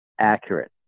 accurate